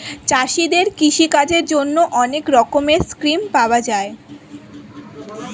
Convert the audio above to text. চাষীদের কৃষি কাজের জন্যে অনেক রকমের স্কিম পাওয়া যায়